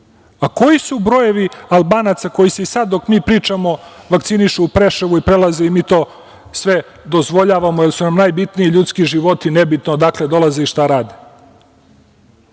Koji su brojevi Albanaca koji se i sad, dok mi pričamo, vakcinišu u Preševu, prelaze, i mi to sve dozvoljavamo, jer su nam najbitniji ljudski životi nebitno odakle dolaze i šta rade. Jel